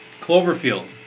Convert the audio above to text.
Cloverfield